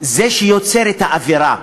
זה שיוצר את האווירה.